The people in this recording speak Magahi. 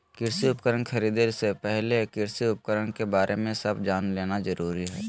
कृषि उपकरण खरीदे से पहले कृषि उपकरण के बारे में सब जान लेना जरूरी हई